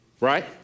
right